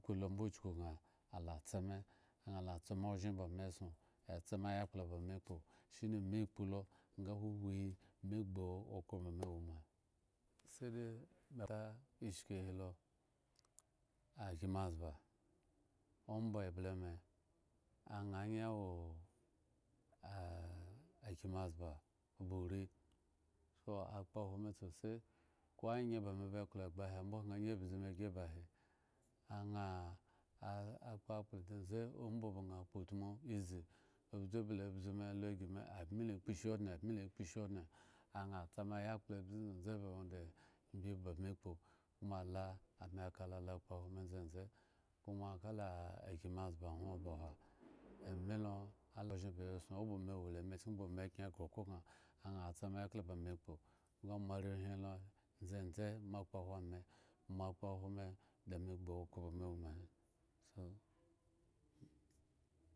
Kpo lo mbo chuku gŋa ala tsa me, aŋha la tsame ozhen ba me soŋ atsame yakpla ba me kpo shine me kpo lo me gbu okhro ba me wo ma. se de ta ishi hilo akyenmezbo omba eble me aŋha angyi wo akyenmezbo ba uri chuku akpohwo sose ko anye ba me ba klo egba ahe mbo aŋha angyi abzu me gi eba he, aŋha akpo akpla ndzendze omba ba ŋha kpotmu izi obze bla abzu me abmi la kposhi odŋe abmila kposhi odŋe aŋha tsa me yakpla abze ndzendze ba wanda imbi ba me kpo koma lo me ka lo kpohwo me ndzendze koma kala akyenmezbo hwon ba oha amelo kala ozhen ba yi soŋ oba me wo emachken mbo mekyen ghre okhro gŋo aŋha tsa me ekpla ba me kpo koma moarehwin lo ndzendze mo kpohwo me moakpohwome da me gbu okhro ba me wo ma he so.